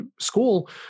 school